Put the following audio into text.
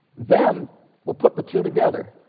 then we'll put the two together.